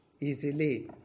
easily